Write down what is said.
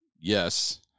yes